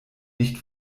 nicht